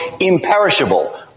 imperishable